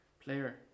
player